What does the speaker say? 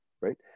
right